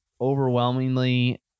overwhelmingly